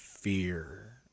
Fear